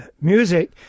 music